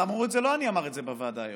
לא אני אמרתי את זה בוועדה היום,